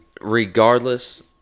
Regardless